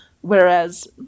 Whereas